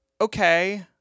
okay